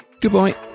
Goodbye